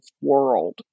world